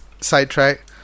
sidetrack